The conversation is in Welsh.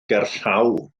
gerllaw